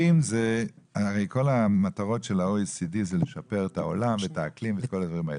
אם כל המטרות של ה-OECD זה לשפר את העולם ואת האקלים וכל הדברים האלה,